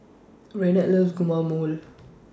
Renard loves Guacamole